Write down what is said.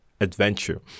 adventure